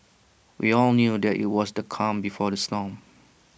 we all knew that IT was the calm before the storm